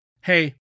Hey